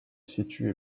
situent